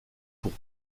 pour